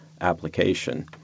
application